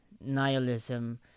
nihilism